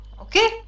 Okay